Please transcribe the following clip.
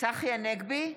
צחי הנגבי,